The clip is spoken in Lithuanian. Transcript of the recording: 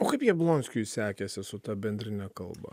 o kaip jablonskiui sekėsi su ta bendrine kalba